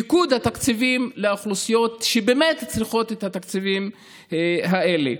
מיקוד התקציבים לאוכלוסיות שבאמת צריכות את התקציבים האלה.